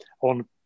on